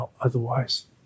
otherwise